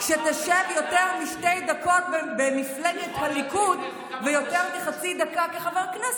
כשתשב יותר משתי דקות במפלגת הליכוד ויותר מחצי דקה כחבר כנסת,